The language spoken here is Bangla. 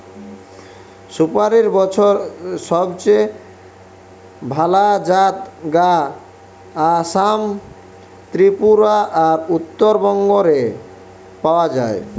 সুপারীর সবচেয়ে ভালা জাত গা আসাম, ত্রিপুরা আর উত্তরবঙ্গ রে পাওয়া যায়